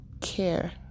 care